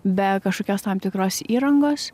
be kažkokios tam tikros įrangos